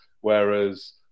whereas